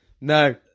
no